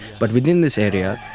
but within this area,